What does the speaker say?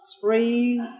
three